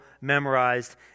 memorized